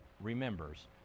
remembers